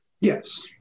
Yes